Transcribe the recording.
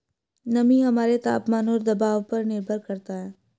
नमी हमारे तापमान और दबाव पर निर्भर करता है